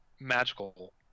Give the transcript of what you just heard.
magical